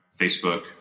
Facebook